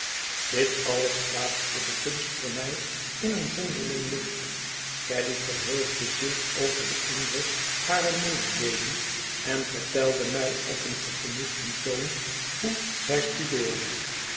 dit alles plaatste de kunst voor mij in een zonderling licht caddy verheugde zich over den indruk har ïi mededeeling en vertelde mij op een vergenoegden toon hoe zij studeerde